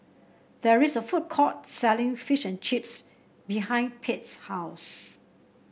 there is a food court selling Fish and Chips behind Pete's house